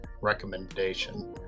recommendation